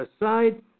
aside